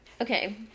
okay